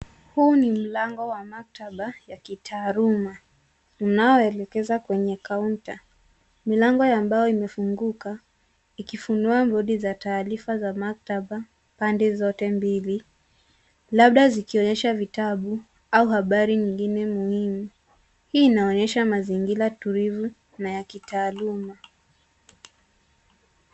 Huu ni mlango wa maktaba ya kitaaluma inayoelekeza kwenye counter . Milango ya mbao imefunguka ikifunua juhudi za taarifa ya maktaba pande zote mbili labda zikionyesha vitabu au habari nyingine muhimu. Hii inaonyesha mazingira tulivu na ya kitaaluma